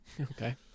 Okay